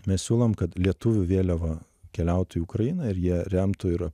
mes siūlom kad lietuvių vėliava keliautų į ukrainą ir jie remtų ir